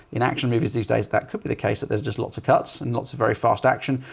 in action movies these days that could be the case that there's just lots of cuts and lots of very fast action,